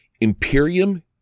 Imperium